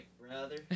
brother